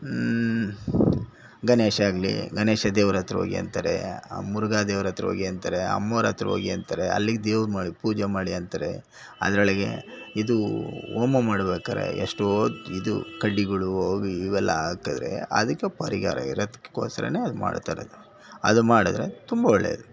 ಗಣೇಶ ಆಗಲಿ ಗಣೇಶ ದೇವ್ರ ಹತ್ರ ಹೋಗಿ ಅಂತಾರೆ ಮುರುಘ ದೇವ್ರ ಹತ್ರ ಹೋಗಿ ಅಂತಾರೆ ಅಮ್ಮೋರ ಹತ್ರ ಹೋಗಿ ಅಂತಾರೆ ಅಲ್ಲಿಗೆ ದೇವರ ಪೂಜೆ ಮಾಡಿ ಅಂತಾರೆ ಅದರೊಳಗೆ ಇದು ಹೋಮ ಮಾಡ್ಬೇಕಾದ್ರೆ ಎಷ್ಟೋ ಇದು ಕಡ್ಡಿಗಳು ಅವು ಇವೆಲ್ಲ ಹಾಕಿದ್ರೆ ಅದಕ್ಕೆ ಪರಿಹಾರ ಇರೋದಕ್ಕೋಸ್ಕರನೇ ಮಾಡ್ತಾ ಇರೋದು ಅದು ಮಾಡಿದರೆ ತುಂಬ ಒಳ್ಳೆಯದು